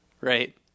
right